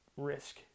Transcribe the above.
risk